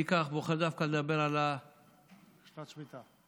כך, אני בוחר לדבר דווקא, על שנת שמיטה.